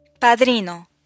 Padrino